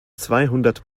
zweihundert